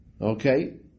Okay